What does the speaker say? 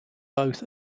both